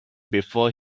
before